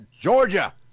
Georgia